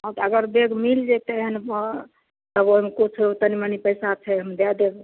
हँ अगर बैग मिल जेतै हन तब ओहिमे किछु तनी मनि पैसा छै हम दे देब